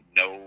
no